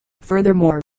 Furthermore